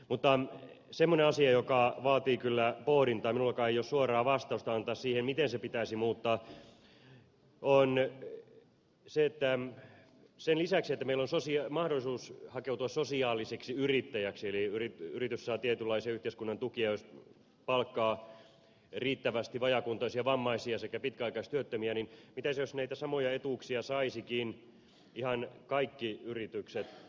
mutta semmoinen asia joka vaatii kyllä pohdintaa minullakaan ei ole suoraa vastausta antaa siihen miten se pitäisi muuttaa on se että sen lisäksi että meillä mahdollisuus hakeutua sosiaaliseksi yrittäjäksi eli yritys saa tietynlaisia yhteiskunnan tukia jos palkkaa riittävästi vajaakuntoisia vammaisia sekä pitkäaikaistyöttömiä niin mitä jos näitä samoja etuuksia saisivatkin ihan kaikki yritykset